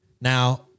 Now